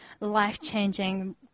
life-changing